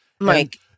Mike